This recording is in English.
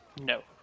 No